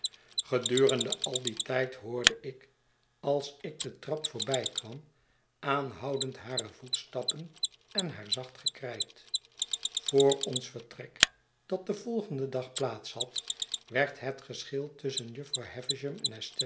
gedurende al dien tijd hoorde ik als ik de trap voorbijkwam aanhoudend hare voetstappen en haar zacht gekrijt voor ons vertrek dat den volgenden dag plaats had werd het geschil tusschen jufvrouw